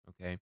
Okay